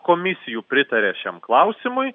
komisijų pritarė šiam klausimui